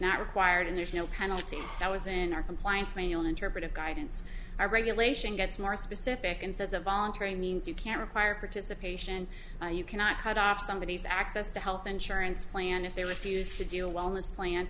not required and there is no penalty that was in our compliance manual interpretive guidance or regulation gets more specific and says a voluntary means you can't require participation you cannot cut off somebodies access to health insurance plan if they refuse to deal wellness plan